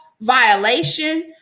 violation